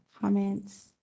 comments